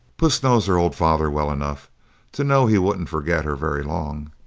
puss knows her old father well enough to know he wouldn't forget her very long.